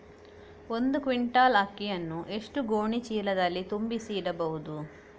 ಒಂದು ಕ್ವಿಂಟಾಲ್ ಅಕ್ಕಿಯನ್ನು ಎಷ್ಟು ಗೋಣಿಚೀಲದಲ್ಲಿ ತುಂಬಿಸಿ ಇಡಬಹುದು?